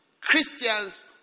Christians